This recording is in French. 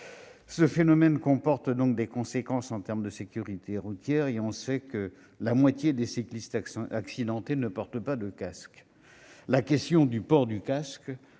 Ce phénomène emporte des conséquences en termes de sécurité routière, et l'on sait que la moitié des cyclistes accidentés ne porte pas de casque. La question du port du casque